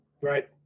Right